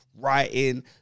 writing